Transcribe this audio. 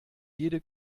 jede